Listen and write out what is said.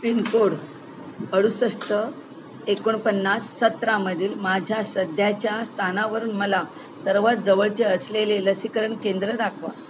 pin code अडुसष्ट एकोणपन्नास सतरामधील माझ्या सध्याच्या स्थानावरून मला सर्वात जवळचे असलेले लसीकरण केंद्र दाखवा